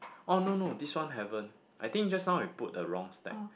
oh no no this one haven't I think just now we put the wrong stack